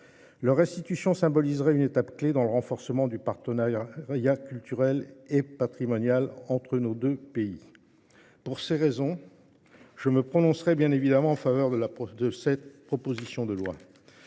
Leur institution symboliserait une étape clé dans le renforcement du partenariat culturel et patrimonial entre nos deux pays. Pour ces raisons, Je me prononcerai bien évidemment en faveur de cette proposition de loi.